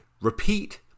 repeat